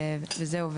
וזהו,